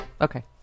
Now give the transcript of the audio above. Okay